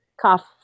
Cough